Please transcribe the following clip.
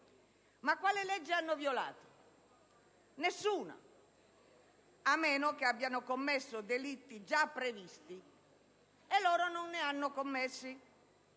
Ma quale legge hanno violato? Nessuna, a meno che abbiano commesso delitti già previsti, e loro non ne hanno commessi.